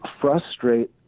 frustrate